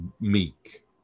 meek